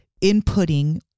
inputting